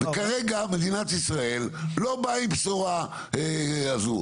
כרגע, מדינת ישראל לא באה עם הבשורה הזו.